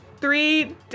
three